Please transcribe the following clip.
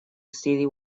city